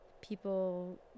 people